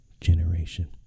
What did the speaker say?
generation